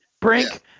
Brink